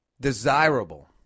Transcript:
desirable